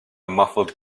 muffled